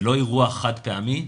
זה לא אירוע חד פעמי,